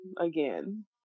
Again